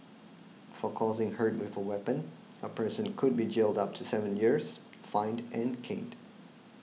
for causing hurt with a weapon a person could be jailed up to seven years fined and caned